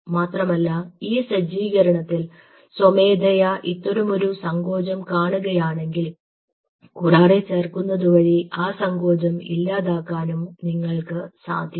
മാത്രമല്ല ഈ സജ്ജീകരണത്തിൽ സ്വമേധയ ഇത്തരമൊരു സങ്കോചം കാണുകയാണെങ്കിൽ കുറാറെ ചേർക്കുന്നത് വഴി ആ സങ്കോചം ഇല്ലാതാക്കാനും നിങ്ങൾക്ക് സാധിക്കും